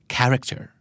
Character